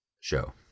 show